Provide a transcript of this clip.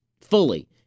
fully